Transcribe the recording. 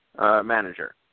manager